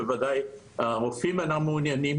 בוודאי הרופאים אינם מעוניינים,